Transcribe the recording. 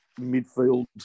midfield